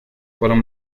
fueron